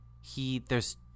he—there's